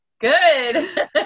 Good